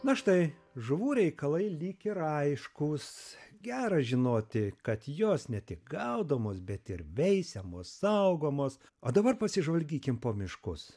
na štai žuvų reikalai lyg ir aiškūs gera žinoti kad jos ne tik gaudomos bet ir veisiamos saugomos o dabar pasižvalgykime po miškus